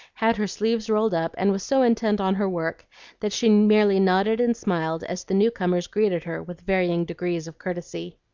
had her sleeves rolled up, and was so intent on her work that she merely nodded and smiled as the new-comers greeted her with varying degrees of courtesy.